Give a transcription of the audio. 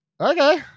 okay